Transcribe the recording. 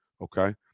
okay